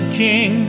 king